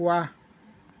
ৱাহ